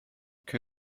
que